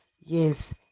Yes